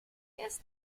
ist